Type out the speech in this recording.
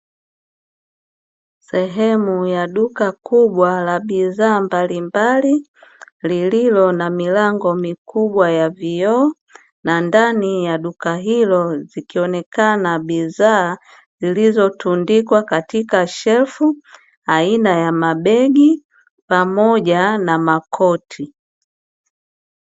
Sehemu ya duka kubwa la bidhaa mbalimbali lililo na milango mikubwa ya vioo, na ndani ya duka hilo zikionekana bidhaa zilizotundikwa katika shelfu aina ya mabegi pamoja na makoti.